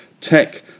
Tech